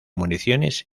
municiones